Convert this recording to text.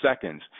seconds